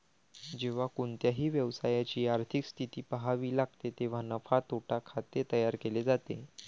जेव्हा कोणत्याही व्यवसायाची आर्थिक स्थिती पहावी लागते तेव्हा नफा तोटा खाते तयार केले जाते